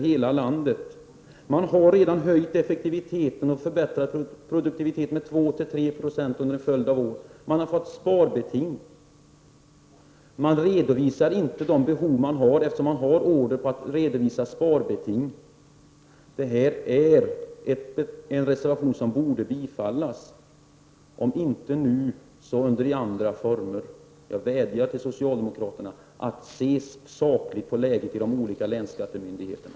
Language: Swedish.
Riksskatteverket har redan höjt effektiviteten och förbättrat produktiviteten med 2 å 3 70 under en följd av år. Man har fått ett sparbeting. Verket redovisar inte de behov man har, eftersom det har order att redovisa resultat av sparbetinget. Denna reservation borde bifallas. Om det inte sker nu, bör det ske vid ett annat tillfälle. Jag vädjar till socialdemokraterna att se sakligt på läget hos de olika länsskattemyndigheterna.